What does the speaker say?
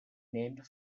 named